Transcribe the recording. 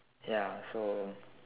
ya so